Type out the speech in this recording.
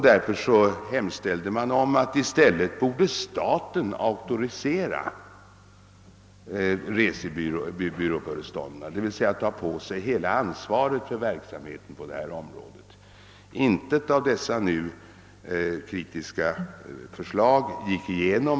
Därför hemställde man att staten i stället skulle auktorisera resebyråföreståndaren, och alltså i realiteten få ta på sig hela ansvaret för verksamheten. Varken detta eller något annat av de kritiska förslagen gick igenom.